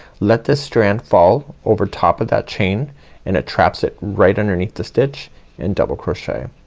let this strand fall over top of that chain and it traps it right underneath the stitch and double crochet.